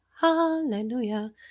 Hallelujah